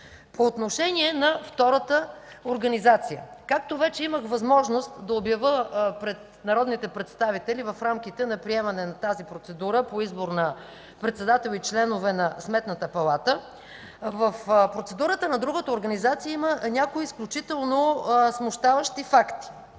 По отношение на втората организация. Както вече имах възможност да обявя пред народните представители в рамките на приемане на процедурата по избор на председател и членове на Сметната палата, в процедурата на другата организация има някои изключително смущаващи факти.